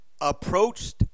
approached